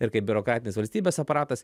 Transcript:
ir kaip biurokratinis valstybės aparatas